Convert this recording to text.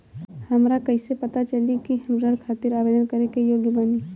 हमरा कईसे पता चली कि हम ऋण खातिर आवेदन करे के योग्य बानी?